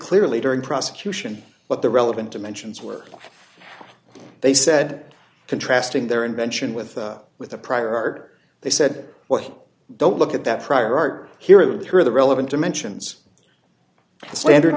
clearly during prosecution what the relevant dimensions were they said contrasting their invention with with a prior art they said what don't look at that prior art here and through the relevant dimensions stand